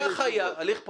שהחייב --- הליך פולשני,